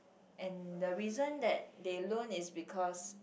and the reason that they loan is because